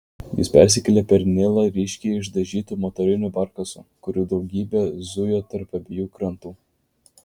jis persikėlė per nilą ryškiai išdažytu motoriniu barkasu kurių daugybė zujo tarp abiejų krantų